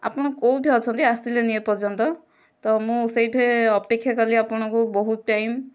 ଆପଣ କେଉଁଠାରେ ଅଛନ୍ତି ଆସିଲେନି ଏପର୍ଯ୍ୟନ୍ତ ତ ମୁଁ ସେଇଠାରେ ଅପେକ୍ଷା କଲି ଆପଣଙ୍କୁ ବହୁତ ଟାଇମ